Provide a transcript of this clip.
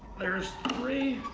there's three,